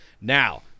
Now